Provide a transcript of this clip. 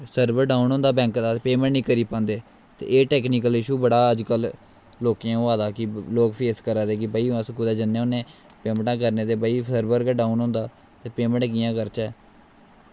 server down होंदा bank दा ते पेमेंट निं करी पांदे ते एह् टेक्नीकल इश्यू बड़ा अजकल्ल लोकें गी होआ दा कि लोक फेस करा दे कि भई अस कुदै जन्ने होन्ने पेमेंटां करने ते भई सर्वर गै डाऊन होंदा ते पेमेंटां कि'यां करचै